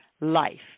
life